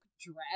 dress